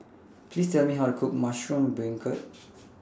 Please Tell Me How to Cook Mushroom Beancurd